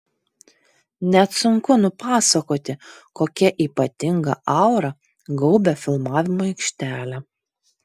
net sunku nupasakoti kokia ypatinga aura gaubia filmavimo aikštelę